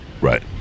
Right